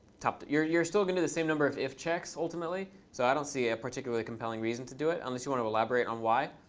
top you're you're still going to the same number of if checks ultimately. so i don't see a particularly compelling reason to do it, unless you want to elaborate on why.